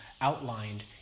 outlined